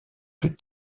plus